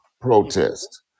protest